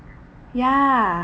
ya